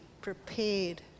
prepared